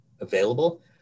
available